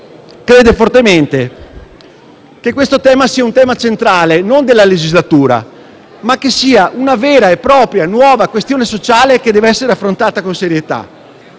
crede fortemente che questo sia non solo un tema centrale della legislatura, ma una vera e propria nuova questione sociale che deve essere affrontata con serietà.